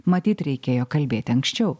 matyt reikėjo kalbėti anksčiau